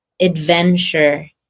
adventure